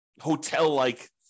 hotel-like